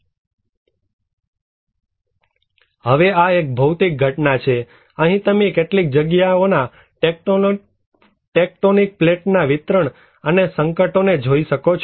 હવે આ એક ભૌતિક ઘટના છેઅહીં તમે કેટલીક જગ્યાઓના ટેકટોનિક પ્લેટોના વિતરણ અને સંકટોને જોઈ શકો છો